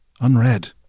unread